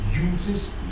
uses